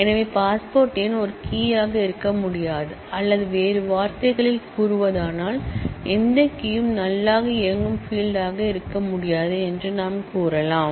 எனவே பாஸ்போர்ட் எண் ஒரு கீ ஆக இருக்க முடியாது அல்லது வேறு வார்த்தைகளில் கூறுவதானால் எந்த கீயும் நல் ஆக இயங்கும் ஃபீல்ட் ஆக இருக்க முடியாது என்று நாம் கூறலாம்